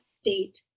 state